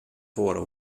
voren